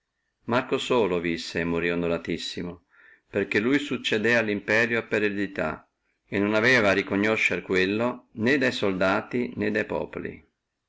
marco solo visse e morí onoratissimo perché lui succedé allo imperio iure hereditario e non aveva a riconoscere quello né da soldati né da populi